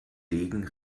degen